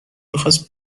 میخواست